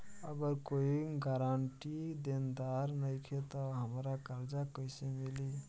अगर कोई गारंटी देनदार नईखे त हमरा कर्जा कैसे मिली?